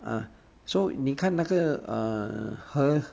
ah so 你看那个 uh 河